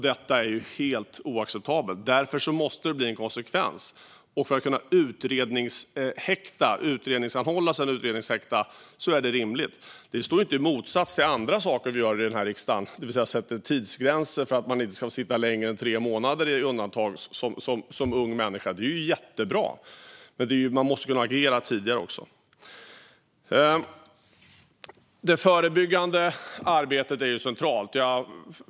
Detta är helt oacceptabelt. Därför måste bli en konsekvens. Att kunna utredningsanhålla och sedan utredningshäkta är rimligt. Det står inte i motsats till andra saker vi gör i den här riksdagen. Vi sätter tidsgränser för att en ung människa inte ska sitta längre än tre månader annat än i undantagsfall. Det är jättebra. Men man måste också kunna agera tidigare. Det förebyggande arbetet är centralt.